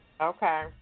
Okay